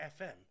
FM